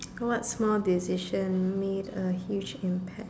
what small decision made a huge impact